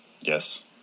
Yes